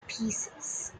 pieces